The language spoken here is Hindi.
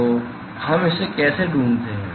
तो हम इसे कैसे ढूंढते हैं